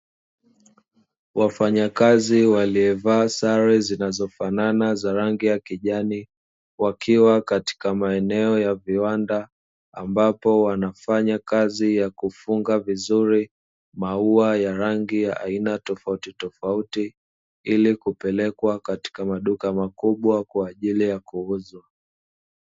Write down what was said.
Wafanyakazi waliovaa sare zinazofanana za rangi ya kijani, wakiwa katika maeneo ya viwanda, ambapo wanafanya kazi ya kufunga vizuri maua ya rangi ya aina tofautitofauti ili kupelekwa katika maduka makubwa kwa ajili ya kuuzwa.